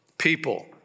people